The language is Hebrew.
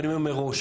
ואני אומר מראש,